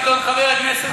אדון חבר הכנסת מיקי,